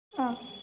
हाँ